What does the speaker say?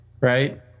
Right